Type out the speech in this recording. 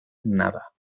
nada